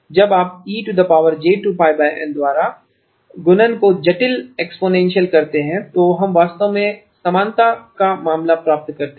जब आप e j2πN द्वारा गुणन को जटिल एक्सपोनेंशियल करते हैं तो हम वास्तव में समानता का मामला प्राप्त करते हैं